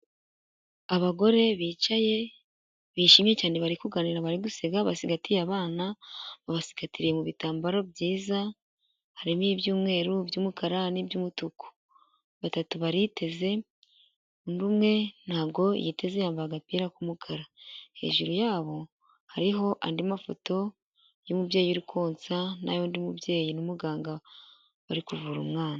Abagore bicaye bishimye cyane bari kuganira bari guseka basigaye abana babasigatiye mu bitambaro byiza harimo ibyumweru, by'umukara, n'iby'umutuku batatu bariteze umwe ntabwo yiteze yambaye agapira k'umukara hejuru yabo hariho andi mafoto y'umubyeyi uri konsa na yundi mubyeyi n'muganga bari kuvura umwana.